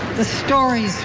the stories